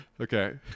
Okay